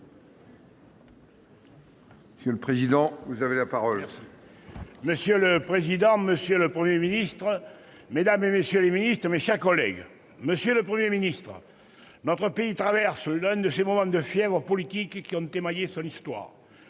Monsieur le président, monsieur le Premier ministre, mesdames, messieurs les ministres, mes chers collègues, notre pays traverse l'un de ces moments de fièvre politique qui ont émaillé son histoire.